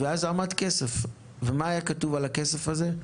הייתה הזרמת כסף, ומה היה כתוב על הכסף הזה?